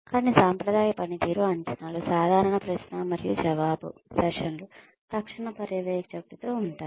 కానీ సాంప్రదాయ పనితీరు అంచనాలు సాధారణ ప్రశ్న మరియు జవాబు సెషన్లు తక్షణ పర్యవేక్షకుడితో ఉంటాయి